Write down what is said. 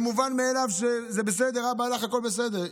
מובן מאליו שזה בסדר, אבא הלך, הכול בסדר.